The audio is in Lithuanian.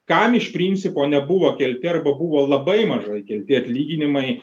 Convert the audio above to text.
kam iš principo nebuvo kelti arba buvo labai mažai kelti atlyginimai